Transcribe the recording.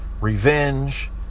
revenge